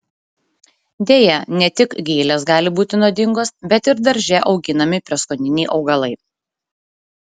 deja ne tik gėlės gali būti nuodingos bet ir darže auginami prieskoniniai augalai